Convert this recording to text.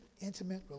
intimate